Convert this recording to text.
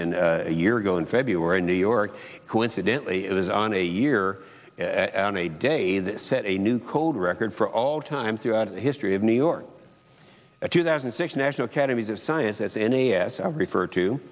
in a year ago in february in new york coincidentally it was on a year on a day that set a new cold record for all time throughout history of new york a two thousand and six national academies of science as n a s i refer to